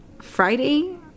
Friday